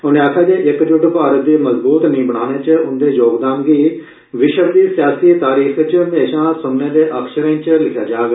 उनें आक्खेआ जे इक जुट भारत दी मजबूत नींह बनाने च उंदे योगदान गी विश्व दी सियासी तारीख च म्हेशां सुन्ने दे अक्षरें च लिखेआ जाग